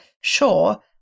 sure